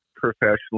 professionally